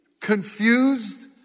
confused